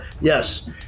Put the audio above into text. yes